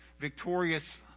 victorious